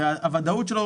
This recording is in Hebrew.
והוודאות שלו,